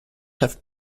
have